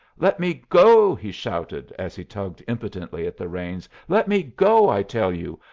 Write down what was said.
let me go, he shouted, as he tugged impotently at the reins. let me go, i tell you.